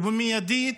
ובמיידית,